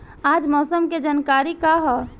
आज मौसम के जानकारी का ह?